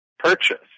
Purchase